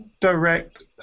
direct